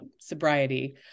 sobriety